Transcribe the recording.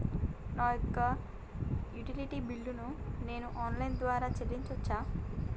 నా యొక్క utility bill ను నేను ఆన్ లైన్ ద్వారా చెల్లించొచ్చా?